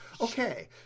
okay